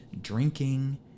drinking